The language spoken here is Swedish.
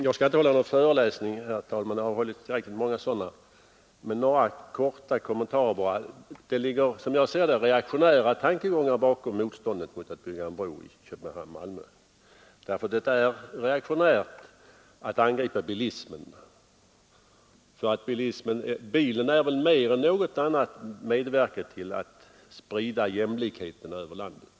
Jag skall inte hålla någon föreläsning, herr talman — här har hållits tillräckligt många sådana — utan bara göra några korta kommentarer. Det ligger som jag ser det reaktionära tankegångar bakom motståndet mot att bygga en bro mellan Köpenhamn och Malmö. För det är reaktionärt att angripa bilismen. Bilen har väl mer än något annat medverkat till att sprida jämlikheten över landet.